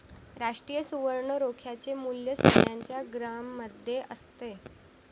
राष्ट्रीय सुवर्ण रोख्याचे मूल्य सोन्याच्या ग्रॅममध्ये असते